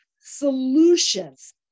solutions